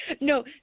No